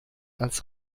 als